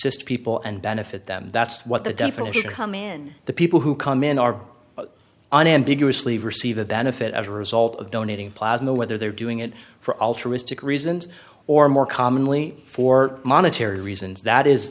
ist people and benefit them that's what the definition of come in the people who come in are unambiguously receive a benefit of a result of donating plasma whether they're doing it for altruistic reasons or more commonly for monetary reasons that is